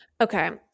Okay